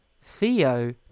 Theo